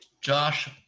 josh